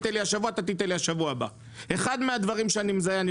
אחד מהדברים שאני מזהה כאחת הבעיות בכנסת